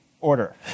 order